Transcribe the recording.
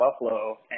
Buffalo